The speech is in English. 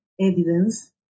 evidence